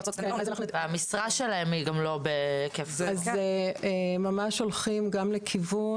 הן לא יועצות --- אז ממש הולכים גם לכיוון.